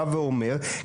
בא ואומר,